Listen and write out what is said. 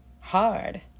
hard